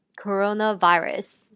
coronavirus